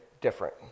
different